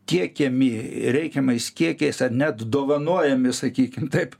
tiekiami reikiamais kiekiais ar net dovanojami sakykim taip